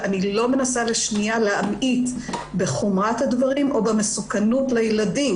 ואני לא מנסה לשנייה להמעיט בחומרת הדברים או במסוכנות לילדים